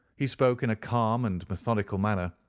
he spoke in a calm and methodical manner,